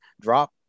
drop